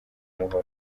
umuhoro